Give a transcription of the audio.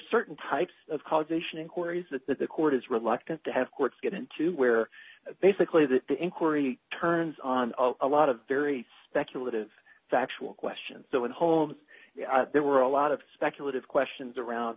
certain types of causation inquiries that the court is reluctant to have courts get into where basically that the inquiry turns on a lot of very speculative factual questions so in homes there were a lot of speculative questions around